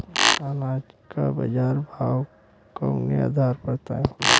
अनाज क बाजार भाव कवने आधार पर तय होला?